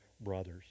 brothers